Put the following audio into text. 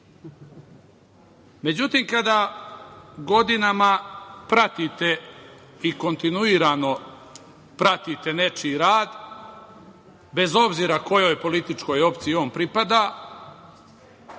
Međutim, kada godinama pratite i kontinuirano pratite nečiji rad, bez obzira kojoj političkoj opciji on pripada,